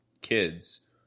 kids